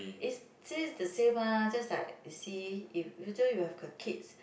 is the same ah just like you see if future you have got kids